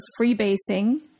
freebasing